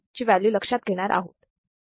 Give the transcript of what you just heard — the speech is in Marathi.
ची व्हॅल्यू लक्षात घेणार आहोत